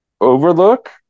overlook